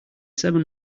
seven